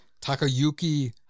Takayuki